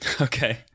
Okay